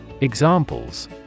Examples